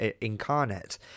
incarnate